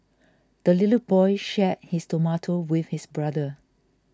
the little boy shared his tomato with his brother